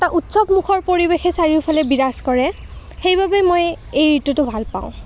এটা উৎসৱমুখৰ পৰিৱেশে চাৰিওফালে বিৰাজ কৰে সেইবাবে মই এই এই ঋতুটো ভালপাওঁ